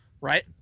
right